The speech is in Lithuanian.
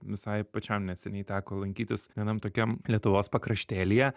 visai pačiam neseniai teko lankytis vienam tokiam lietuvos pakraštėlyje